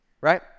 Right